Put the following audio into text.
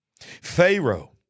Pharaoh